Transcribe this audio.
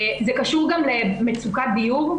זה קשור גם למצוקת דיור,